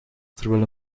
terwijl